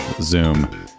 Zoom